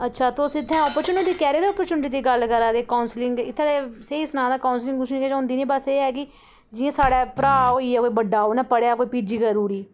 अच्छा तुस इत्थें आपर्चुनिटी कैरियर आपर्चुनिटी दी गल्ल करा दे काउंसलिंग दी इत्थै ते स्हेई सनां तां कोंसलिंग कुंसलिंग किश होंदी न बस एह् ऐ कि जियां साढ़ै भ्राऽ होई गेआ कोई बड्डा उनें पढ़ेआ कोई पी जी करी ओड़ी